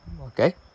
Okay